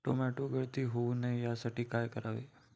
Tomato गळती होऊ नये यासाठी काय करावे?